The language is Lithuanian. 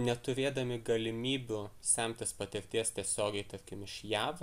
neturėdami galimybių semtis patirties tiesiogiai tarkim iš jav